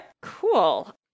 cool